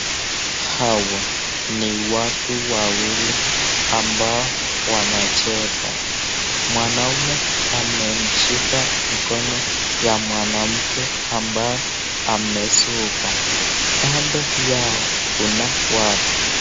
Hawa ni watu wawili ambao wanacheka. Mwanaume amemshika mkono ya mwanamke ambao amesuka. Kando yao kuna watu.